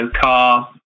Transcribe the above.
car